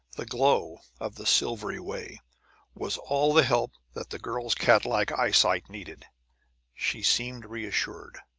the glow of the silvery way was all the help that the girl's catlike eyesight needed she seemed reassured.